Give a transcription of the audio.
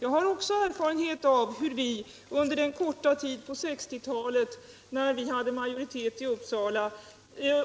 Jag har också erfarenhet av hur vi, under den korta tid på 1960-talet när socialdemokraterna hade majoritet i Uppsala,